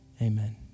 amen